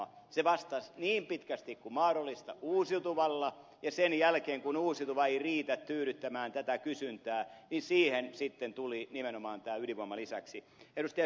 se vastasi niin pitkästi kuin mahdollista uusiutuvalla ja sen jälkeen kun uusiutuva ei riitä tyydyttämään tätä kysyntää siihen sitten tuli nimenomaan tämä ydinvoima lisäksi